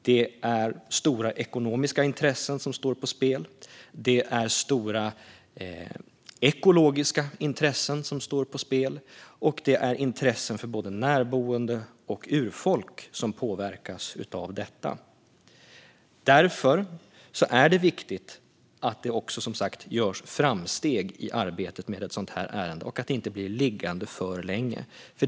Det är stora ekonomiska intressen som står på spel. Det är stora ekologiska intressen som står på spel, och det är intressen för både närboende och urfolk som påverkas av detta. Därför är det viktigt att det görs framsteg i arbetet med ett sådant ärende och att det inte blir liggande för länge.